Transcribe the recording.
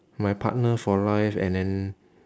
my partner for life and then